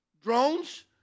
Drones